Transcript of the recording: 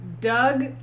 Doug